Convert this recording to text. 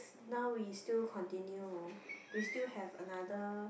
now we still continue we still have another